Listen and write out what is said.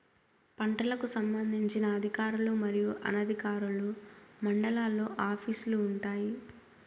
పంటలకు సంబంధించిన అధికారులు మరియు అనధికారులు మండలాల్లో ఆఫీస్ లు వుంటాయి?